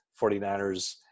49ers